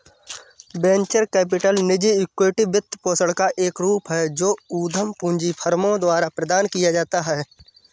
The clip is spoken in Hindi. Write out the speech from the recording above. वेंचर कैपिटल निजी इक्विटी वित्तपोषण का एक रूप है जो उद्यम पूंजी फर्मों द्वारा प्रदान किया जाता है